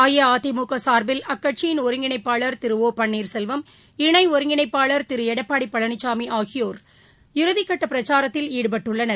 அஇஅதிமுக சார்பில் அக்கட்சியின் ஒருங்கிணைப்பாளர் திரு ஒ பள்ளீர்செல்வம் இணை ஒருங்கிணைப்பாளர் திரு எடப்பாடி பழனிசாமி ஆகியோர் இறுதிக்கட்ட பிரச்சாரத்தில் ஈடுபட்டுள்ளனர்